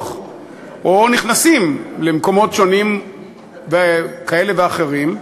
או נכנסים למקומות שונים כאלה ואחרים,